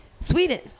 Sweden